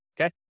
Okay